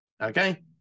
Okay